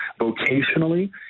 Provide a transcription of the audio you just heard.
Vocationally